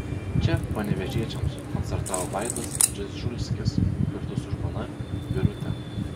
čia panevėžiečiams koncertavo vaidas dzežulskis kartu su žmona birute